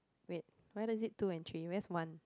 wait why is it two and three where's one